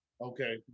Okay